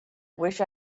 wish